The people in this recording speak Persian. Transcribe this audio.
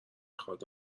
خواد